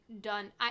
done